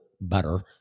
better